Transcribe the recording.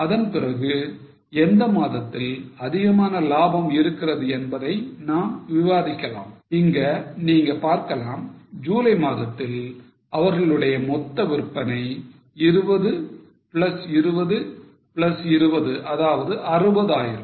அதன் பிறகு எந்த மாதத்தில் அதிகமான லாபம் இருக்கிறது என்பதை நாம் விவாதிக்கலாம் இங்க நீங்க பார்க்கலாம் ஜூலை மாதத்தில் அவர்களுடைய மொத்தவிற்பனை 20 plus 20 plus 20 அதாவது 60000